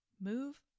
move